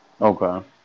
Okay